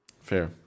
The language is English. fair